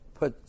put